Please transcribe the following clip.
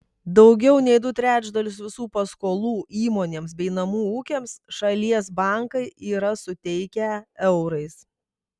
daugiau nei du trečdalius visų paskolų įmonėms bei namų ūkiams šalies bankai yra suteikę eurais